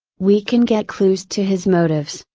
we can get clues to his motives,